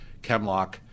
ChemLock